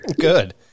Good